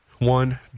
One